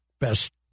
Best